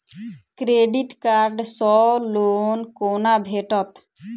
Credit card सँ loan कोना भेटत?